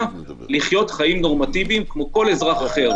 לחיות חיים נורמטיביים כמו כל אזרח אחר.